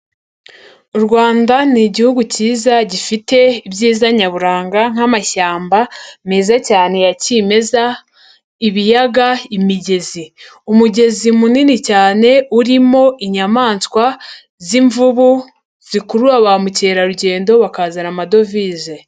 U Rwanda ni Igihugu cyiza, gifite ibyiza nyaburanga nk'amashyamba meza cyane ya kimeza, ibiyaga, imigezi, umugezi munini cyane, urimo inyamaswa z'imvubu zikurura ba mukerarugendo bakazana amadovize.